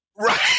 Right